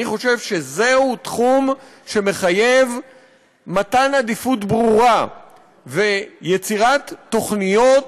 אני חושב שזה הוא תחום שמחייב מתן עדיפות ברורה ויצירת תוכניות